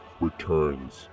returns